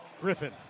Griffin